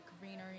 greenery